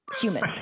human